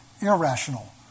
irrational